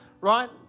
right